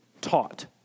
taught